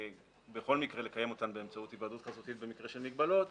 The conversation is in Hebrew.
בכל מקרה לקיים אותן באמצעות היוועדות כזאת במקרה של מגבלות,